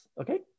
Okay